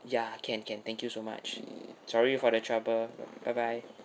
ya can can thank you so much sorry for the trouble bye bye